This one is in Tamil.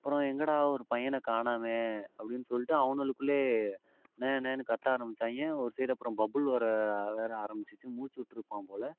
அப்புறம் எங்கடா ஒரு பையனை காணுமே அப்படின்னு சொல்லிட்டு அவனோளுக்குள்ளே ண ணன்னு கத்த ஆரம்பிச்சாய்ங்க ஒரு சைடு அப்புறம் பபுள் வர வேறு ஆரம்பிச்சிருச்சு மூச்சு விட்டுருப்பான் போல்